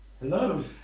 Hello